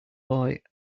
boy